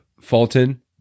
Fulton